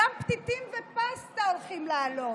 גם פתיתים ופסטה הולכים לעלות.